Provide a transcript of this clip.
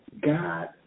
God